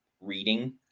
reading